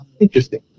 Interesting